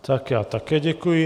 Tak já také děkuji.